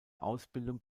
ausbildung